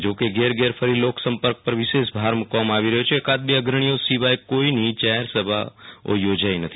જો કે ઘેર ઘેર ફરી લોક સંપર્ક પર વિશેષ ભાર મુકવામાં આવી રહ્યો છે એકાદ બે અગ્રણીઓ સિવાય કોઈની જાહેર સભાઓ યોજાઈ નથી